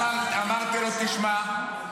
גב' סילמן, הייתי שותק במקומך.